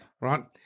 right